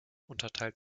unterteilt